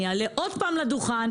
אני אעלה עוד פעם לדוכן,